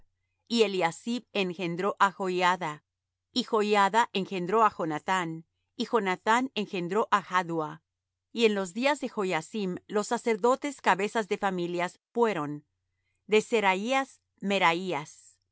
y eliasib engendró á joiada y joiada engendró á jonathán y jonathán engendró á jaddua y en los días de joiacim los sacerdotes cabezas de familias fueron de seraías meraías